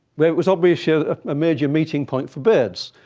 where it was obviously a major meeting point for birds,